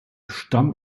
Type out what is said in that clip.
stamm